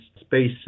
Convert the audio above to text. space